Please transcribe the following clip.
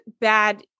bad